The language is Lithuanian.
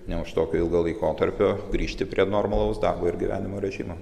ne už tokio ilgo laikotarpio grįžti prie normalaus darbo ir gyvenimo režimo